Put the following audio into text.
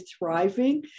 thriving